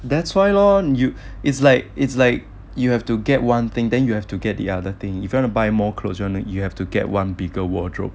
that's why lor you it's like it's like you have to get one thing then you have to get the other thing if you wanna buy more clothes you wanna you have to get one bigger wardrobe